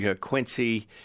Quincy